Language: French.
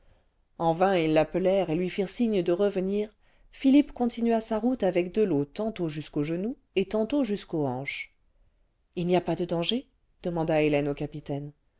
en vain ils l'appelèrent et lui firent signe de revenir philippe continua sa route avec de l'eau tantôt jusqu'aux genoux et tantôt jusqu'aux hanches ce h n'y a pas de danger demanda hélène au capitaine